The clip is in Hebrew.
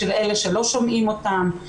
של אלה שלא שומעים אותם.